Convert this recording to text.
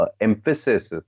emphasis